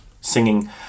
singing